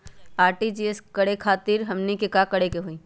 RTGS करे खातीर हमनी के का करे के हो ई?